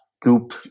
goop